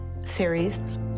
series